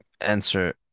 answer